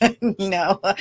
No